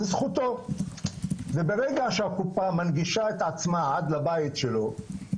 זו זכותו וברגע שהקופה מנגישה את עצמה עד לבית שלו,